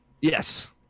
Yes